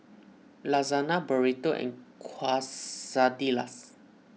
Lasagna Burrito and Quesadillas